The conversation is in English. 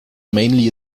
mainly